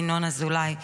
ינון אזולאי,